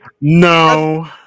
No